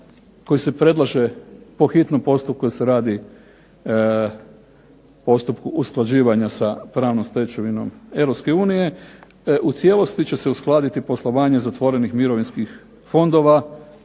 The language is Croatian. koji se predlaže po hitnom postupku, jer se radi postupku usklađivanja sa pravnom stečevinom Europske unije, u cijelosti će se uskladiti poslovanje zatvorenih mirovinskih fondova